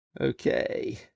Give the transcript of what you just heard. Okay